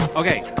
ok.